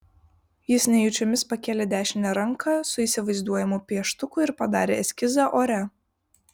jis nejučiomis pakėlė dešinę ranką su įsivaizduojamu pieštuku ir padarė eskizą ore